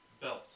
belt